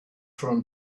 from